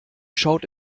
schaut